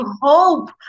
hope